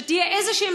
שכולנו יודעים מיהו,